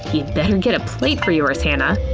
you'd better get a plate for yours, hannah.